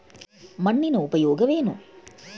ಮಣ್ಣಿನ ಉಪಯೋಗವೇನು?